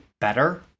better